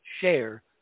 share